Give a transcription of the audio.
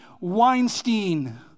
Weinstein